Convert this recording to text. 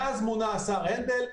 מאז מונה השר הנדל,